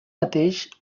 mateix